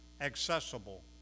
accessible